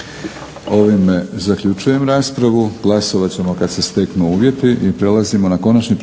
Ovime zaključujem raspravu. Glasovat ćemo kad se steknu uvjeti. **Stazić, Nenad